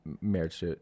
marriage